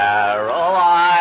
Caroline